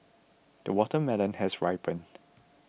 the watermelon has ripened